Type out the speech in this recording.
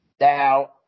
Now